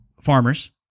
farmers